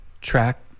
track